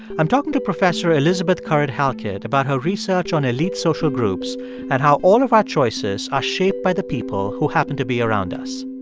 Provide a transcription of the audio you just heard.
i'm talking to professor elizabeth currid-halkett about her research on elite social groups and how all of our choices are shaped by the people who happen to be around us.